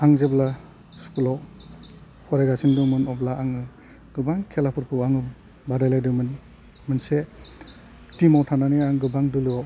आं जेब्ला स्कुलाव फरायगासिनो दंमोन अब्ला आङो गोबां खेलाफोरखौ आङो बादायलायदोंमोन मोनसे टीमाव थानानै आं गोबां दोलोआव